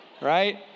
Right